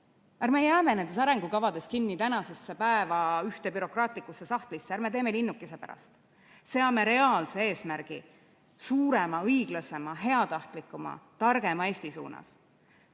Ärme jääme nendes arengukavades kinni tänasesse päeva, ühte bürokraatlikusse sahtlisse, ärme teeme midagi linnukese pärast! Seame reaalse eesmärgi suurema, õiglasema, heatahtlikuma ja targema Eesti suunas!